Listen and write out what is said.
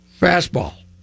fastball